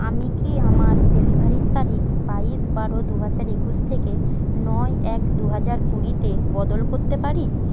আমি কি আমার ডেলিভারির তারিখ বাইশ বারো দু হাজার একুশ থেকে নয় এক দু হাজার কুড়ি তে বদল করতে পারি